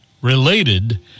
related